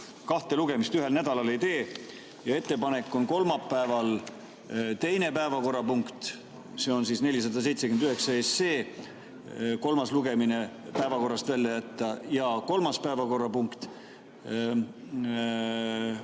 ja kolmas päevakorrapunkt,